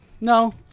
No